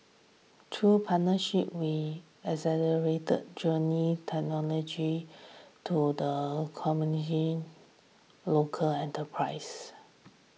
through partnerships we accelerate the journey technology to the local enterprise